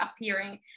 appearing